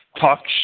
talk